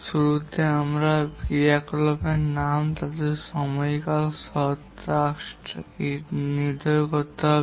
শুরুতে ক্রিয়াকলাপের নাম এবং তাদের সময়কাল সহ টাস্ক নেটওয়ার্ক করতে হবে